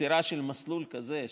יצירה של מסלול כזה,